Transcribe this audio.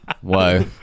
Whoa